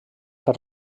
per